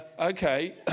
okay